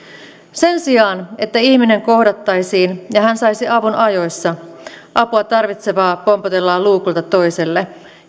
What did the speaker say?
sen sijaan että ihminen kohdattaisiin ja hän saisi avun ajoissa apua tarvitsevaa pompotellaan luukulta toiselle